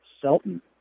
Selton